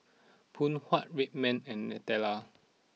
Phoon Huat Red Man and Nutella